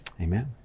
Amen